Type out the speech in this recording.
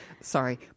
Sorry